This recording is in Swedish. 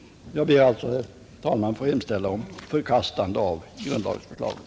Jag ber alltså att få hemställa om förkastande av grundlagsförslagen.